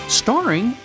starring